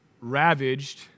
ravaged